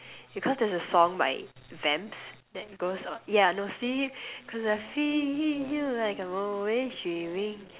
because there's song by Vamps that goes yeah no sleep cause I feel like I'm always dreaming